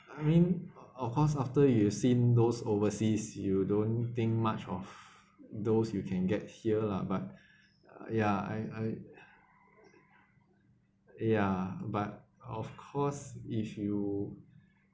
I mean of course after you've seen those overseas you don't think much of those you can get here lah but ya I I ya but of course if you